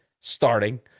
starting